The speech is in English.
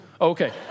okay